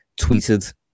tweeted